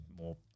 more